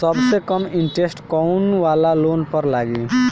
सबसे कम इन्टरेस्ट कोउन वाला लोन पर लागी?